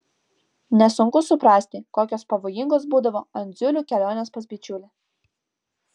nesunku suprasti kokios pavojingos būdavo andziulių kelionės pas bičiulį